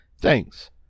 Thanks